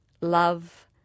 love